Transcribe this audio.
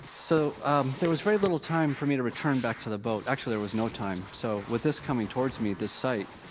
so there was very little time for me to return back to the boat, actually there was no time. so, with this coming towards me, this sight,